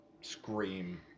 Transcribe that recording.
scream